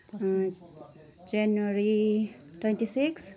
दुई जनवरी twenty six